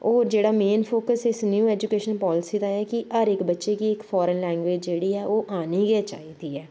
होर जेह्ड़ा main focus इस न्यू ऐजूकेशन पालसी दा ऐ कि हर इक बच्चे गी इक फारन लैंग्वेज जेह्ड़ी ऐ ओह् औनी गै चाहिदी ऐ